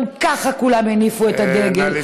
גם ככה כולם יניפו את הדגל.